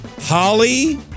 Holly